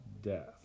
death